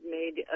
made